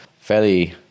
fairly